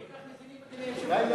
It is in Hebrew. עד כדי כך נזילים, אדוני היושב-ראש?